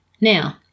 Now